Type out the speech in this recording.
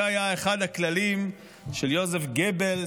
זה היה אחד הכללים של יוזף גבלס,